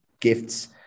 gifts